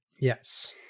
yes